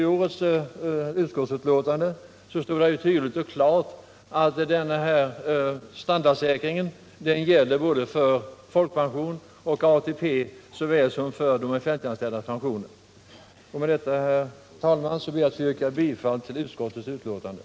I årets utskottsbetänkande anges tydligt att standardsäkringen gäller för folkpension och ATP-pension lika väl som för de offentliganställdas pensioner. Med det anförda, herr talman, ber jag att få yrka bifall till utskottets hemställan.